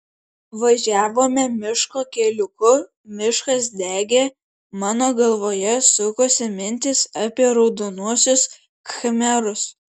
važiavome miško keliuku miškas degė mano galvoje sukosi mintys apie raudonuosius khmerus